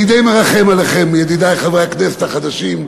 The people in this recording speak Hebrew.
אני די מרחם עליכם, ידידי חברי הכנסת החדשים,